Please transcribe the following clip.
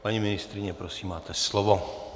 Paní ministryně, prosím, máte slovo.